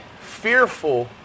fearful